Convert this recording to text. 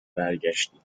برگشتی